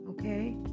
Okay